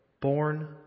born